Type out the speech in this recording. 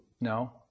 No